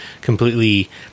completely